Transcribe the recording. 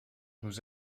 nous